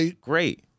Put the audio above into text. Great